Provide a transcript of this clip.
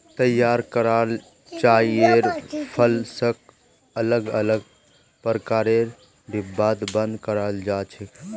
तैयार कराल चाइर फसलक अलग अलग प्रकारेर डिब्बात बंद कराल जा छेक